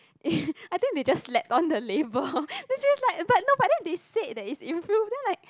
I think they just slapped on the label then she just like but no but then they said that it's improved then I like